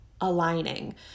aligning